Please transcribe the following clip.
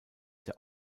der